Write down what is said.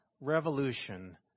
Revolution